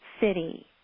city